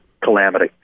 calamity